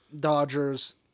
Dodgers